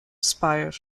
spire